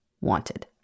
wanted